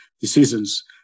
decisions